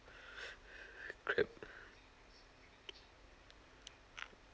crap